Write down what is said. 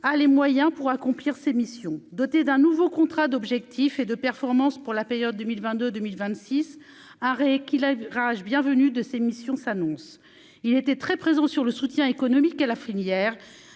a les moyens pour accomplir ses missions doté d'un nouveau contrat d'objectifs et de performance pour la période 2022 2026 arrêts qui la rage bienvenue de ces missions s'annonce, il était très présent sur le soutien économique à la filière